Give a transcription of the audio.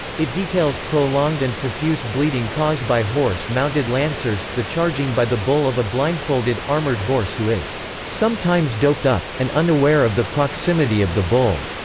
it details prolonged and profuse bleeding caused by horse-mounted lancers, the charging by the bull of a blindfolded, armored horse who is sometimes doped up, and unaware of the proximity of the bull,